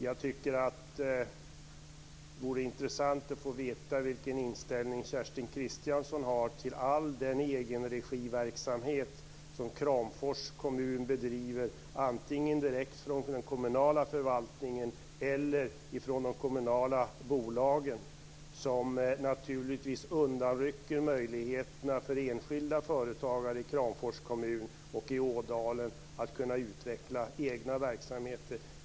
Jag tycker att det vore intressant att få veta vilken inställning Kerstin Kristiansson har till all den egenregiverksamhet som Kramfors kommun bedriver, antingen direkt av den kommunala förvaltningen eller av de kommunala bolagen. Den undanrycker naturligtvis möjligheterna för enskilda företagare i Kramfors kommun och i Ådalen att utveckla egna verksamheter.